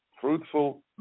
fruitful